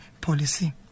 policy